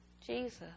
Jesus